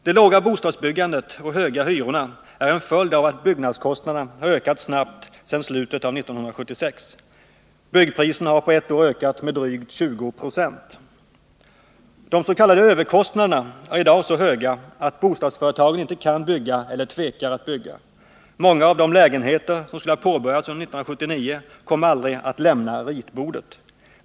Det låga bostadsbyggandet och de höga hyrorna är en följd av att byggnadskostnaderna har ökat snabbt sedan slutet av 1976. Byggpriserna har på ett år ökat med drygt 20 9o. De s.k. överkostnaderna är i dag så höga att bostadsföretagen inte kan bygga eller tvekar att bygga. Manga av de lägenheter som skulle ha påbörjats under 1979 kommer aldrig att lämna ritbordet.